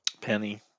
Penny